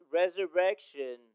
resurrection